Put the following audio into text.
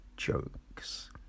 Jokes